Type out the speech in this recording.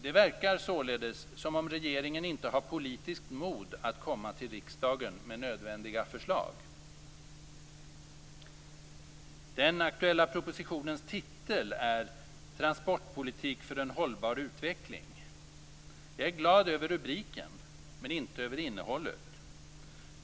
Det verkar således som om regeringen inte har politiskt mod att komma till riksdagen med nödvändiga förslag. Den aktuella propositionens titel är Transportpolitik för en hållbar utveckling. Jag är glad över rubriken, men inte innehållet.